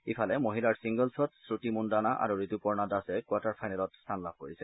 ইফালে মহিলাৰ ছিংগলছৃত শ্ৰতি মুগুনা আৰু ঋতুপৰ্ণা দাসে কোৱাৰ্টাৰ ফাইনেলত স্থান লাভ কৰিছে